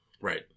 Right